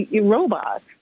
robots